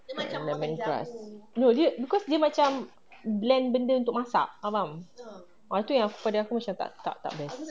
the lemon grass no dia dia macam blend benda untuk masak kau faham ah tu yang pada aku macam tak tak best